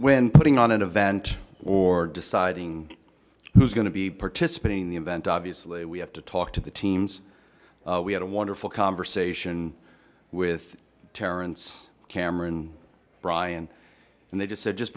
when putting on an event or deciding who's going to be participating in the event obviously we have to talk to the teams we had a wonderful conversation with terrence cameron bryan and they just said just